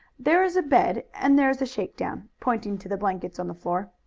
there is a bed and there is a shakedown, pointing to the blankets on the floor.